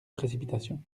précipitation